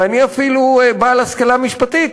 ואני אפילו בעל השכלה משפטית,